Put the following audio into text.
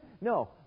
No